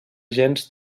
gens